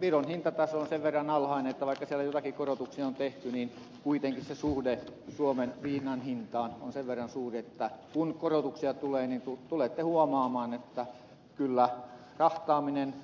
viron hintataso on sen verran alhainen että vaikka siellä joitakin korotuksia on tehty niin kuitenkin se ero suomen viinan hintaan on sen verran suuri että kun korotuksia tulee niin tulette huomaamaan että kyllä rahtaaminen